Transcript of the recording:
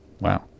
wow